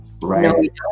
right